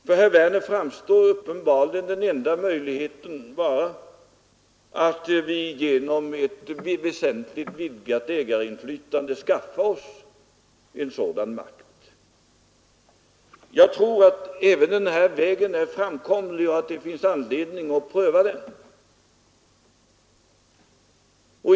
För herr Werner tycks uppenbarligen den enda möjligheten vara att vi genom ett väsentligt vidgat ägarinflytande skaffar oss en sådan makt. Jag tror att även den här vägen är framkomlig och att det finns anledning att pröva leligt engagemang inom byggnadsämnesindustrin den.